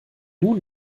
nun